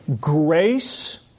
grace